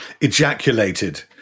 ejaculated